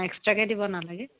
এক্সট্ৰাকৈ দিব নালাগে